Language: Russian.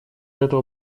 этого